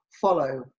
follow